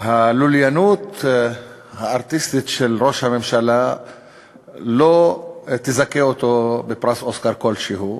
הלוליינות הארטיסטית של ראש הממשלה לא תזכה אותו בפרס אוסקר כלשהו,